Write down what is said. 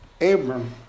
Abram